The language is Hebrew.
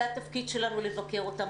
זה התפקיד שלנו לבקר אותם,